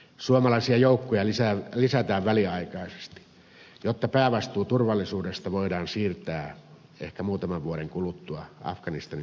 suomalaisia joukkoja lisätään väliaikaisesti jotta päävastuu turvallisuudesta voidaan siirtää ehkä muutaman vuoden kuluttua afganistanin omille viranomaisille